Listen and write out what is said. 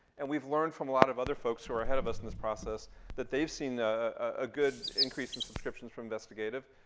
and we've learned from a lot of other folks who are ahead of us in this process that they've seen a good increase in subscriptions from investigative.